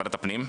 ועדת הפנים,